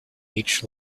each